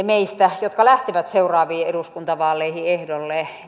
meistä jotka lähtevät seuraaviin eduskuntavaaleihin ehdolle